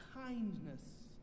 kindness